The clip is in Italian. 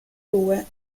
due